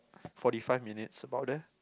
forty five minutes around there